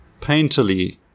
painterly